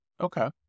okay